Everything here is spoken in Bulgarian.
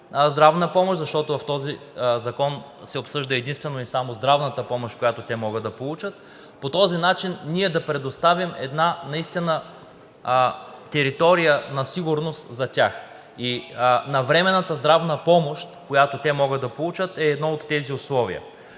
здравна помощ, защото в този закон се обсъжда единствено и само здравната помощ, която те могат да получат. По този начин ние да предоставим една наистина територия на сигурност за тях и навременната здравна помощ, която те могат да получат, е едно от тези условия.